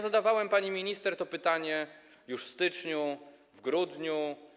Zadawałem pani minister to pytanie już w styczniu, w grudniu.